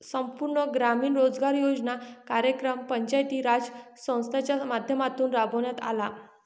संपूर्ण ग्रामीण रोजगार योजना कार्यक्रम पंचायती राज संस्थांच्या माध्यमातून राबविण्यात आला